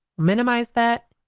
minimize that,